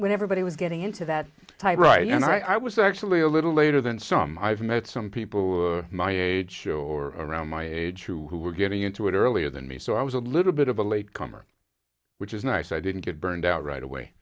when everybody was getting into that type right and i was actually a little later than some i've met some people my age or around my age who were getting into it earlier than me so i was a little bit of a late comer which is nice i didn't get burned out right away